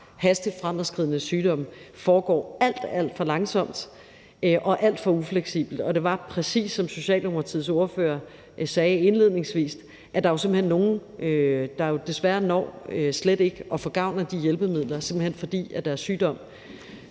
hastigt fremadskridende sygdomme, foregår alt, alt for langsomt og alt for ufleksibelt, og præcis som Socialdemokratiets ordfører sagde indledningsvis, er der simpelt hen nogle, der jo desværre slet ikke når at få gavn af de hjælpemidler, simpelt hen fordi deres sygdom